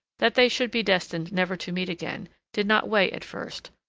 that they should be destined never to meet again did not weigh at first,